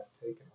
taken